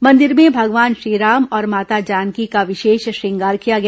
मंदिर में भगवान श्रीराम और माता जानकी का विशेष श्रृंगार किया गया